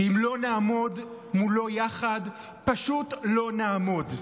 שאם לא נעמוד מולו יחד, פשוט לא נעמוד.